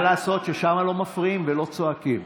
כי מה לעשות ששם לא מפריעים ולא צועקים?